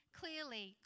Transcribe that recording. clearly